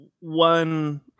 one